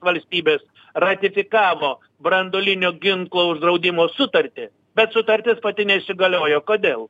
valstybės ratifikavo branduolinio ginklo uždraudimo sutartį bet sutartis pati neįsigaliojo kodėl